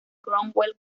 cromwell